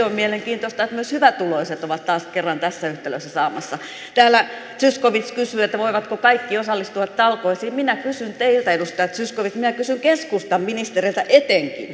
on mielenkiintoista että myös hyvätuloiset ovat taas kerran tässä yhtälössä saamassa täällä zyskowicz kysyi voivatko kaikki osallistua talkoisiin minä kysyn teiltä edustaja zyskowicz minä kysyn keskustan ministereiltä etenkin